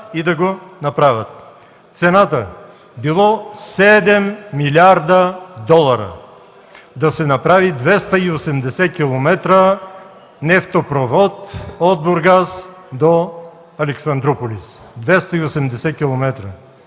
Цената – било 7 млрд. долара, да се направи 280 км нефтопровод от Бургас до Александруполис. Двеста